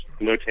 no